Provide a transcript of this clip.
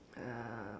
uh